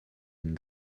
une